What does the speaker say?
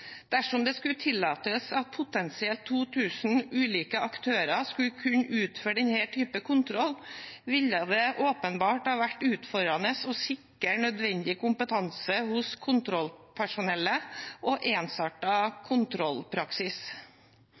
Dersom det skulle tillates at potensielt 2 000 ulike aktører skulle kunne utføre denne typen kontroll, ville det åpenbart ha vært utfordrende å sikre nødvendig kompetanse hos kontrollpersonellet og ensartet kontrollpraksis.